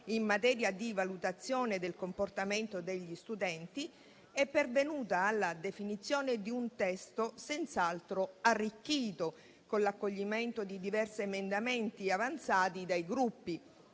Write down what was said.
in materia di valutazione del comportamento degli studenti, è pervenuta alla definizione di un testo senz'altro arricchito, con l'accoglimento di diversi emendamenti avanzati dai Gruppi